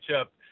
up